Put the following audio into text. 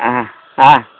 आहा